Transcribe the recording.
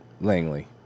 Langley